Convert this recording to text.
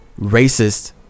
racist